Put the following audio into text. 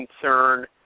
concern